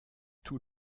tout